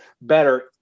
better